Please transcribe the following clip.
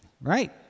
Right